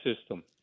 system